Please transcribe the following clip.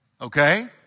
okay